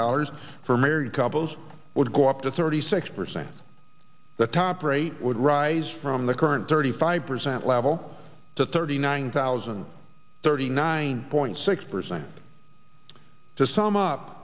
dollars for married couples would go up to thirty six percent the top rate would rise from the current thirty five percent level to thirty nine thousand and thirty nine point six percent to sum up